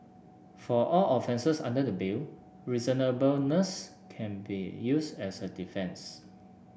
for all offences under the Bill reasonableness can be used as a defence